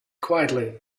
quietly